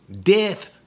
death